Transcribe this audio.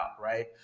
right